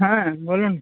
হ্যাঁ বলুন